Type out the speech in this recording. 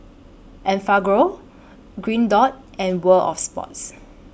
Enfagrow Green Dot and World of Sports